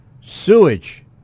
sewage